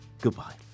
goodbye